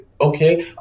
Okay